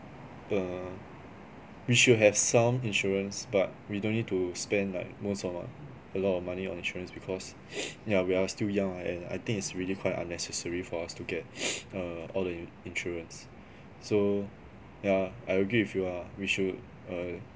uh we should have some insurance but we don't need to spend like most of our a lot of our money on insurance because yeah we are still young lah and I think it's really quite unnecessary for us to get err all the insurance so yeah I agree with you lah we should err